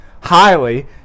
highly